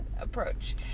approach